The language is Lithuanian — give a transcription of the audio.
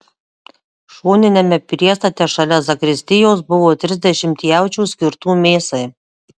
šoniniame priestate šalia zakristijos buvo trisdešimt jaučių skirtų mėsai